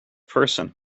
person